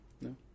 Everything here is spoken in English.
No